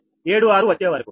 76 వచ్చే వరకు